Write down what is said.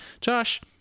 josh